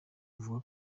avuga